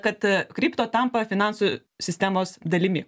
kad krypto tampa finansų sistemos dalimi